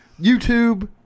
YouTube